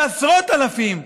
בעשרות אלפים.